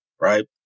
Right